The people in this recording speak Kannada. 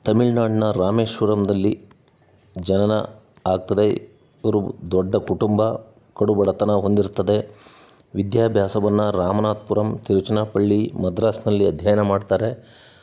ತಮಿಳ್ನಾಡಿನ ರಾಮೇಶ್ವರಂದಲ್ಲಿ ಜನನ ಆಗ್ತದೆ ಇವರು ದೊಡ್ಡ ಕುಟುಂಬ ಕಡು ಬಡತನ ಹೊಂದಿರ್ತದೆ ವಿಧ್ಯಾಬ್ಯಾಸವನ್ನು ರಾಮನಾಥ್ಪುರಂ ತಿರುಚನಪಳ್ಳಿ ಮದ್ರಾಸ್ನಲ್ಲಿ ಅಧ್ಯಯನ ಮಾಡ್ತಾರೆ